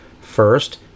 First